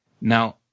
Now